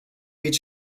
eat